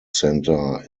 centre